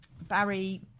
Barry